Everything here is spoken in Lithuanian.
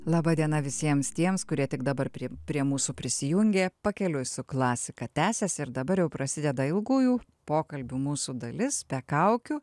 laba diena visiems tiems kurie tik dabar prie prie mūsų prisijungė pakeliui su klasika tęsiasi ir dabar jau prasideda ilgųjų pokalbių mūsų dalis be kaukių